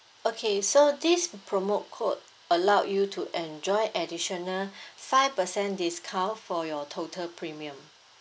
okay so this promo code allowed you to enjoy additional five percent discount for your total premium